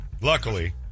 Luckily